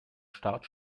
start